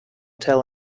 tell